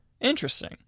interesting